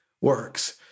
works